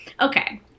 Okay